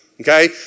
Okay